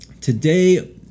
Today